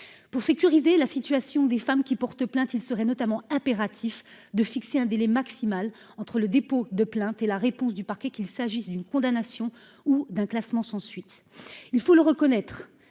Pour sécuriser la situation des femmes qui portent plainte. Il serait notamment impératif de fixer un délai maximal entre le dépôt de plainte et la réponse du parquet qu'il s'agisse d'une condamnation ou d'un classement sans suite, il faut le reconnaître.